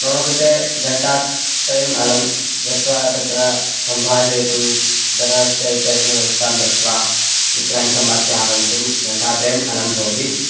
मम कृते घण्टात्रयम् अलं गत्वा तत्र सम्भाषयितुं धनस्य इत्यादिकं व्यवस्थां दृष्ट्वा मित्राणि सम्भाष्य आगन्तुं घण्टात्रयम् अलं भवति